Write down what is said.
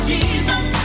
Jesus